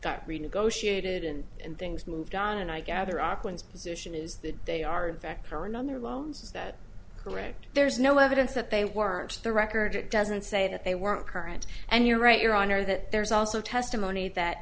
got renegotiated and and things moved on and i gather auckland's position is that they are a veteran on their loans is that correct there's no evidence that they weren't the record it doesn't say that they weren't current and you're right your honor that there's also testimony that